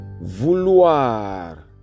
Vouloir